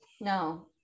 No